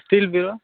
steel பீரோ